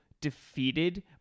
defeated